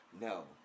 no